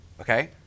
okay